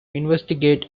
investigate